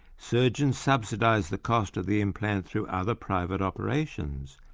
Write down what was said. surgeons subsidise the cost of the implant through other private operations,